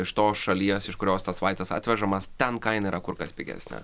iš tos šalies iš kurios tas vaistas atvežamas ten kaina yra kur kas pigesnė